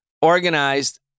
organized